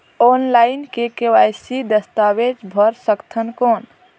Online KYC दस्तावेज भर सकथन कौन?